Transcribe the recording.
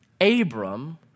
Abram